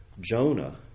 Jonah